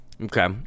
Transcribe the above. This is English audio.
Okay